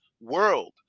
world